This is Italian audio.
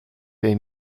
dei